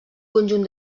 conjunt